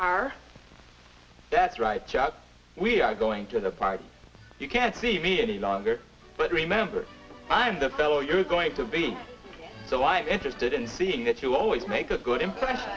are that's right shout we are going to the party you can't see me any longer but remember i'm the fellow you're going to be alive interested in seeing that you always make a good impression